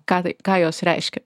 ką tai ką jos reiškia